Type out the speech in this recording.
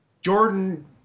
jordan